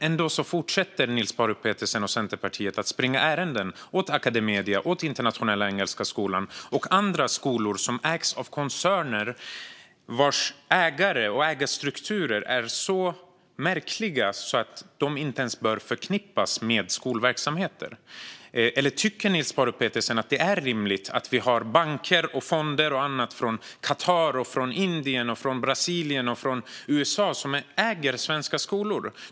Ändå fortsätter Niels Paarup-Petersen och Centerpartiet att springa ärenden åt Academedia, Internationella Engelska Skolan och andra skolor som ägs av koncerner vars ägare och ägarstrukturer är så märkliga att de inte ens bör förknippas med skolverksamheter. Eller tycker Niels Paarup-Petersen att det är rimligt att banker, fonder och annat från Qatar, Indien, Brasilien och USA äger svenska skolor?